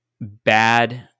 bad